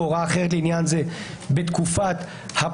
אנחנו מציעים לשקול את זה או לדון בזה